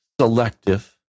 selective